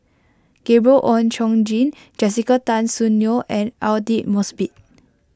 Gabriel Oon Chong Jin Jessica Tan Soon Neo and Aidli Mosbit